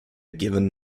given